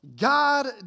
God